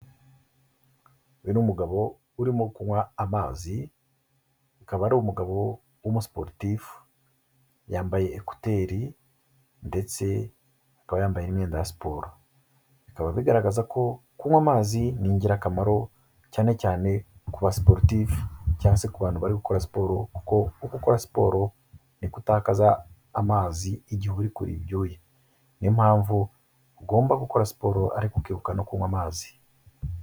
Uyu ni umugabo urimo kunywa amazi, akaba ari umugabo w'umusuporutifu yambaye ekuteri ndetse akaba yambaye imyenda ya siporo. Bikaba bigaragaza ko kunywa amazi ni ingirakamaro cyane cyane ku ba soporutifu cyangwa se ku bantu bari gukora siporo kuko uko ukora siporo niko utakaza amazi igihe uri kuribira ibyuya. Niyo mpamvu ugomba gukora siporo ari ukibuka no kunywa amazi.